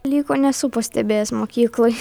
lyg ko nesu pastebėjęs mokykloj